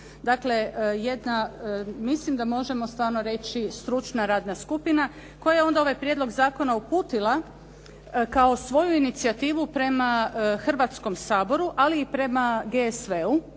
Dakle, jedna mislim da možemo stvarno reći stručna radna skupina koja je onda ovaj prijedlog zakona uputila kao svoju inicijativu prema Hrvatskom saboru, ali i prema GSV-u,